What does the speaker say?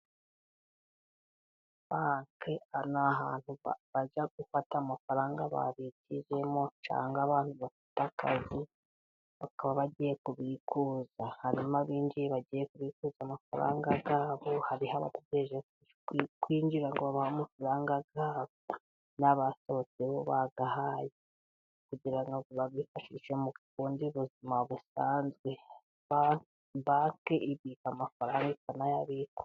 Banki ni ahantu bajya gufata amafaranga babikijemo cyangwa abandi bafite akazi ,bakaba bagiye kubikuza harimo abinjiye bagiye kubikuza amafaranga yabo, hari abategereje kwinjira ngo babahe amafaranga yabo, n'abasohotse bo bayahaye kugira ngo babifashishe mu bundi buzima busanzwe ,banki ibika amafaranga ikanayabikuza.